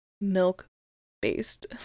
milk-based